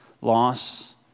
loss